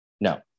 No